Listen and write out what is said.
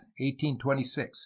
1826